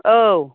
औ